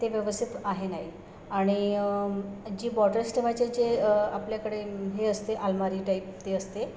ते व्यवस्थित आहे नाही आणि जी बॉटल्स ठेवायचे जे आपल्याकडे हे असते अलमारी टाईप ते असते